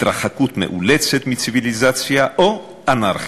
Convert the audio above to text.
התרחקות מאולצת מציוויליזציה או אנרכיה.